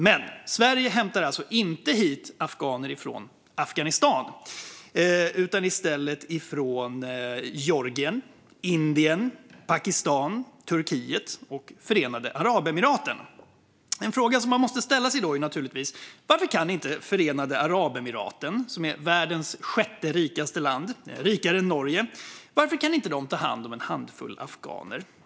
Men Sverige hämtar alltså inte hit afghaner från Afghanistan utan från Georgien, Indien, Pakistan, Turkiet och Förenade Arabemiraten. En fråga man måste ställa sig då är naturligtvis: Varför kan inte Förenade Arabemiraten, som är världens sjätte rikaste land, rikare än Norge, ta hand om en handfull afghaner?